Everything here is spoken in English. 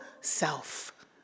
self